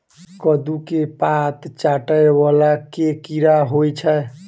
कद्दू केँ पात चाटय वला केँ कीड़ा होइ छै?